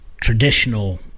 traditional